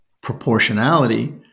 proportionality